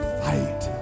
fight